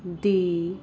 ਦੀ